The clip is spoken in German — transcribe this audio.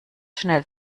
schnell